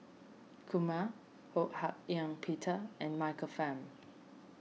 Kumar Ho Hak Ean Peter and Michael Fam